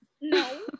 No